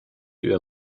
über